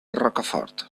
rocafort